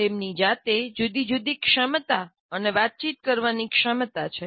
તેમની જાતે જુદીજુદી ક્ષમતા અને વાતચીત કરવાની ક્ષમતા છે